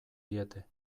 diete